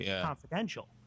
Confidential